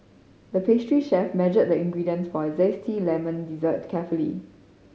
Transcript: the pastry chef measured the ingredients for a zesty lemon dessert carefully